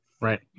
right